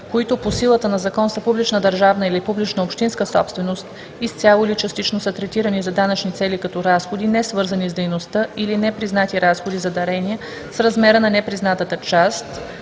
които по силата на закон са публична държавна или публична общинска собственост, изцяло или частично са третирани за данъчни цели като разходи несвързани с дейността или непризнати разходи за дарения, с размера на непризната част